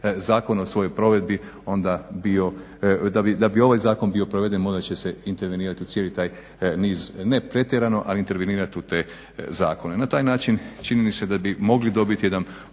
zakona u svojoj provedbi onda bio, da bi ovaj zakon bio proveden morat će se intervenirati u cijeli taj niz ne pretjerano ali intervenirati u te zakone. Na taj način čini mi se da bi mogli dobiti jedan